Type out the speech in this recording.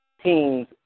teams